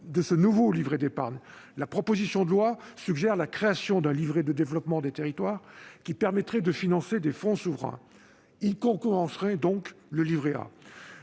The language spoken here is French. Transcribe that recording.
du nouveau livret d'épargne, la proposition de loi suggère la création d'un livret de développement des territoires qui permettrait de financer des fonds souverains. Celui-ci concurrencerait donc le livret A